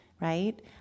right